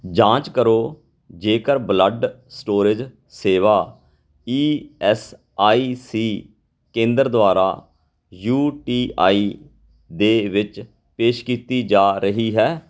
ਜਾਂਚ ਕਰੋ ਜੇਕਰ ਬਲੱਡ ਸਟੋਰੇਜ ਸੇਵਾ ਈ ਐੱਸ ਆਈ ਸੀ ਕੇਂਦਰ ਦੁਆਰਾ ਯੂ ਟੀ ਆਈ ਦੇ ਵਿੱਚ ਪੇਸ਼ ਕੀਤੀ ਜਾ ਰਹੀ ਹੈ